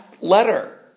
letter